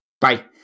Bye